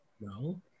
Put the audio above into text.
No